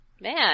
man